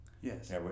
Yes